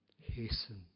hasten